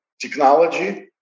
Technology